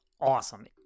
awesome